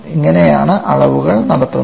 ഇങ്ങനെയാണ് അളവുകൾ നടത്തുന്നത്